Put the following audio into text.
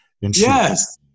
Yes